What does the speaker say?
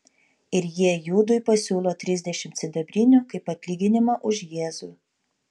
ir jie judui pasiūlo trisdešimt sidabrinių kaip atlyginimą už jėzų